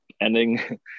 ending